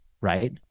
right